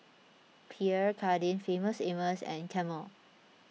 Pierre Cardin Famous Amos and Camel